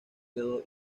quedó